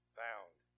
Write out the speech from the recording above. found